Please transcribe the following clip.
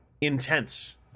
intense